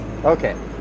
okay